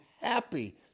happy –